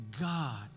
God